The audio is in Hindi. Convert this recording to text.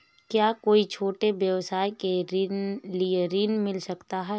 क्या कोई छोटे व्यवसाय के लिए ऋण मिल सकता है?